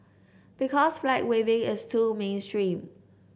because flag waving is too mainstream